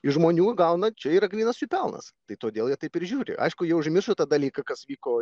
iš žmonių gauna čia yra grynas jų pelnas tai todėl jie taip ir žiūri aišku jie užmiršo tą dalyką kas vyko